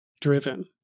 driven